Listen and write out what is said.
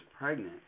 pregnant